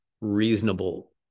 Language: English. reasonable